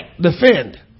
Defend